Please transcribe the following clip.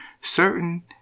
certain